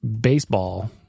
baseball